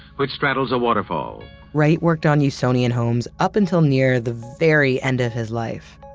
which straddles a waterfall wright worked on usonian homes up until near the very end of his life,